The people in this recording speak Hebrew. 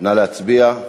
נא להצביע.